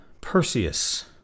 Perseus